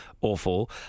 Awful